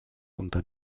unter